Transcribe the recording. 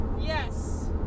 Yes